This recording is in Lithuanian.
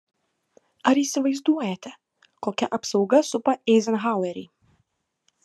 ar įsivaizduojate kokia apsauga supa eizenhauerį